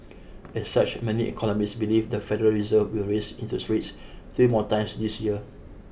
as such many economists believe the Federal Reserve will raise interest rates three more times this year